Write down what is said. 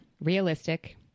Realistic